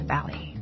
Valley